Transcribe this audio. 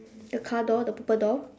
the car door the purple door